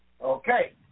Okay